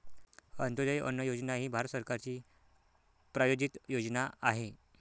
अंत्योदय अन्न योजना ही भारत सरकारची प्रायोजित योजना आहे